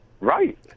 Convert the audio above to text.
Right